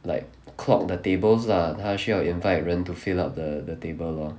like clock the tables lah 他需要 invite 人 to fill up the the table lor